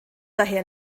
daher